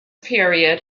period